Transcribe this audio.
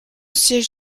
siège